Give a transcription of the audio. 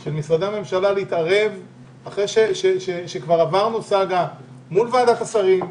של משרדי הממשלה להתערב אחרי שכבר עברנו סאגה מול ועדת השרים,